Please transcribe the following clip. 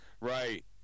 Right